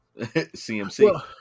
CMC